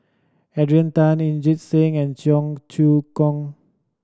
Adrian Tan Inderjit Singh and Cheong Choong Kong